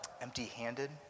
empty-handed